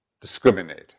discriminate